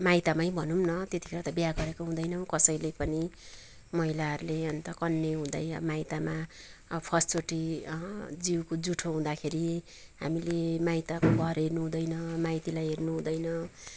माइतमै भनौँ न त्यतिखेर त बिहा गरेको हुँदैनौँ कसैले पनि महिलाहरूले अन्त कन्ने हुँदै माइतमा फर्स्टचोटि जिउको जुठो हुँदाखेरि हामीले माइतको घर हेर्नु हुँदैन माइतीलाई हेर्नु हुँदैन